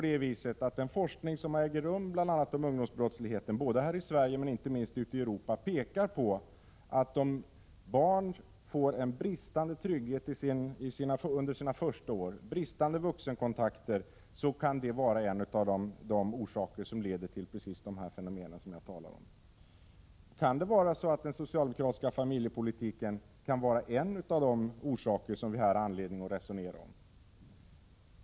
Den forskning om bl.a. ungdomsbrottslighet som äger rum både här i Sverige och inte minst ute i Europa pekar på att om barn får en bristande trygghet under sina första år, 39 bristande vuxenkontakt, kan det vara en av de orsaker som leder till precis de fenomen jag talar om. Kan den socialdemokratiska familjepolitiken vara en av de orsaker som vi har anledning att resonera om?